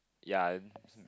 ya